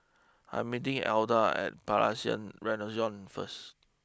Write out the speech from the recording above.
I am meeting Etha at Palais Renaissance first